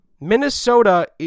Minnesota